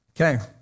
okay